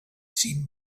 same